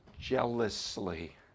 jealously